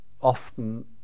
often